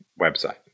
website